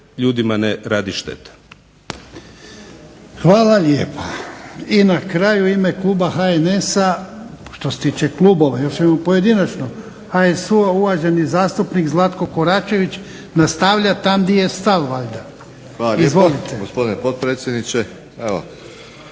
Ivan (HDZ)** Hvala lijepa. I na kraju u ime kluba HNS-a, što se tiče klubova, još imamo pojedinačno, HSU-a uvaženi zastupnik Zlatko KOračević nastavlja tamo gdje je stao valjda. Izvolite. **Koračević,